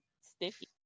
sticky